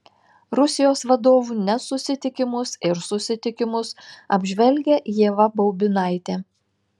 rusijos vadovų nesusitikimus ir susitikimus apžvelgia ieva baubinaitė